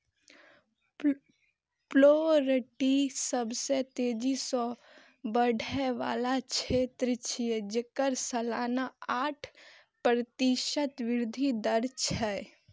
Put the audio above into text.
poultry सबसं तेजी सं बढ़ै बला क्षेत्र छियै, जेकर सालाना आठ प्रतिशत वृद्धि दर छै